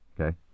Okay